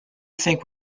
think